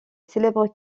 célèbres